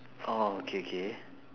oh okay okay